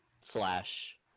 slash